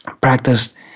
practiced